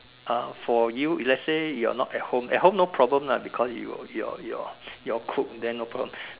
uh for you if let's say you're not at home at home no problem lah because you you're you're you all cook then no problem